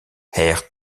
air